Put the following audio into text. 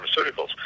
Pharmaceuticals